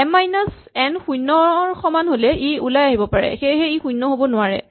M minus N শূণ্যৰ সমান হ'লে ই ওলাই আহিব পাৰে সেয়েহে ই শূণ্য হ'ব নোৱাৰে